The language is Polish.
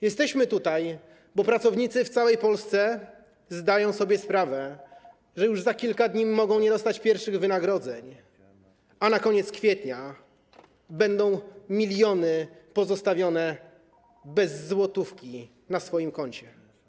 Jesteśmy tutaj, bo pracownicy w całej Polsce zdają sobie sprawę, że już za kilka dni mogą nie dostać wynagrodzeń, a na koniec kwietnia będą miliony pozostawione bez złotówki na kontach.